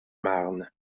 marne